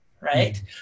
Right